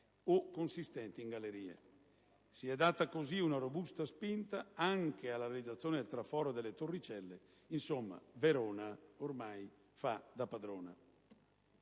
o consistenti in gallerie. Si è data così una robusta spinta anche alla realizzazione del traforo delle Torricelle. Insomma, Verona ormai la fa da padrona.